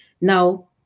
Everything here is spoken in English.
Now